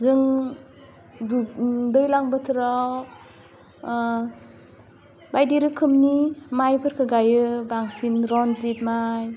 जों दुब दैलां बोथोराव बायदि रोखोमनि मायफोरखौ गायो बांसिन रनजिथ माय